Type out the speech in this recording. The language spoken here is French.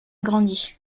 grandi